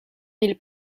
mille